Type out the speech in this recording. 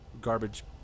Garbage